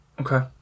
Okay